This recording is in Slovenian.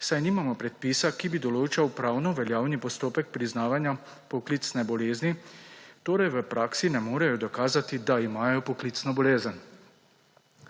saj nimamo predpisa, ki bi določal pravno veljavni postopek priznavanja poklicne bolezni, torej v praksi ne morejo dokazati, da imajo poklicno bolezen.